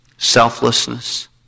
Selflessness